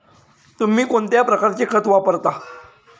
तुम्ही कोणत्या प्रकारचे खत वापरता?